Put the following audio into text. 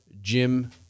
Jim